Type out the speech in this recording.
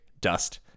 dust